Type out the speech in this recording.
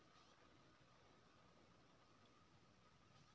जमा खाता मे कतेक पाय रखबाक चाही बेसी सँ बेसी?